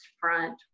front